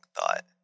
thought